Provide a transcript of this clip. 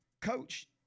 Coach